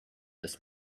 this